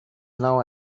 now